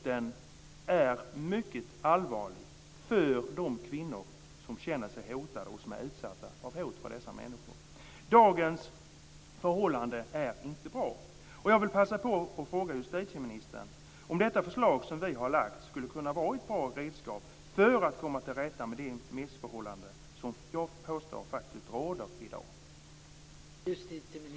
Den är mycket allvarlig för de kvinnor som känner sig hotade och som är utsatta för hot från dessa människor. Dagens förhållande är inte bra. Jag vill passa på att fråga justitieministern om det förslag som vi har lagt fram skulle kunna vara ett bra redskap för att komma till rätta med de missförhållanden som jag påstår faktiskt råder i dag.